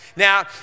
Now